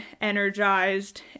energized